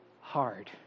hard